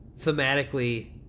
thematically